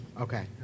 Okay